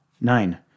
Nine